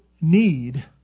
need